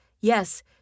Yes